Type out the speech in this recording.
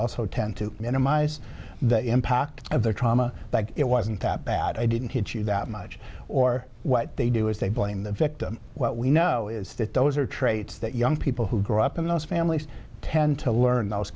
also tend to minimize the impact of their trauma but it wasn't that bad i didn't hit you that much or what they do is they blame the victim what we know is that those are traits that young people who grew up in those families tend to learn those